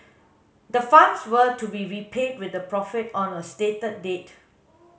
the funds were to be repaid with a profit on a stated date